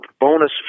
bonus